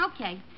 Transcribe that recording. Okay